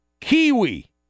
Kiwi